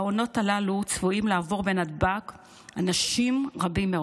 בעונות הללו צפויים לעבור בנתב"ג אנשים רבים מאוד.